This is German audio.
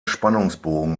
spannungsbogen